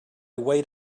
wait